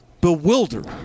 bewildered